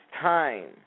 time